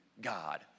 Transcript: God